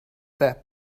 that